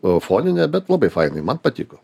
o foninė bet labai fainai man patiko